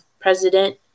president